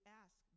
ask